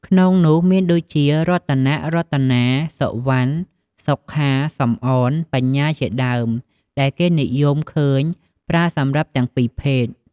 ក្នុងនោះមានដូចជា រតនៈ រតនា សុវណ្ណ សុខា សំអន បញ្ញាជាដើម ដែលគេនិយមឃើញប្រើសម្រាប់ទាំងពីរភេទ។